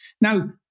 Now